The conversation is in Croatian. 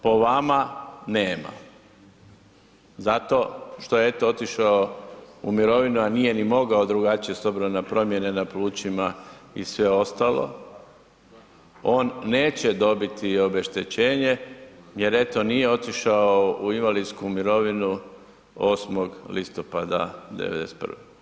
Po vama nema, zato što je eto otišao u mirovinu, a nije ni mogao drugačije s obzirom na promjene na plućima i sve ostalo, on neće dobiti obeštećenje jer eto nije otišao u invalidsku mirovinu 8. listopada '91.